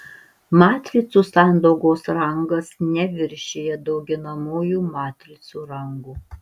matricų sandaugos rangas neviršija dauginamųjų matricų rangų